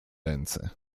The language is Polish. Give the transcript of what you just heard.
ręce